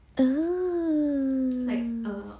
ah